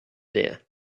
there